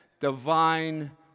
Divine